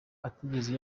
atigeze